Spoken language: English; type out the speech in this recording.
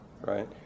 right